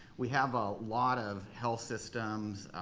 we have a lot of health systems,